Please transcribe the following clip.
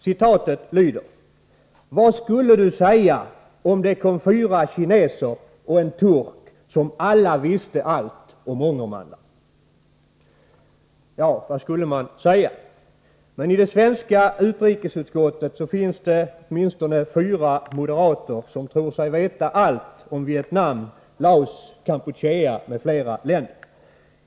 Citatet lyder: ”Vad skulle du säga om det kom fyra kineser och en turk som alla visste allt om Ångermanland?” Ja, vad skulle man säga? Men i det svenska utrikesutskottet finns det åtminstone fyra moderater som tror sig veta allt om Vietnam, Laos, Kampuchea m.fl. länder.